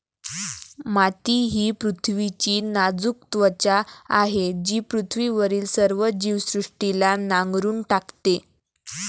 माती ही पृथ्वीची नाजूक त्वचा आहे जी पृथ्वीवरील सर्व जीवसृष्टीला नांगरून टाकते